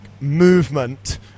movement